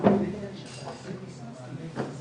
ראשית יושבת הראש אמרה שבהתחדשות שהיא יותר בניינית,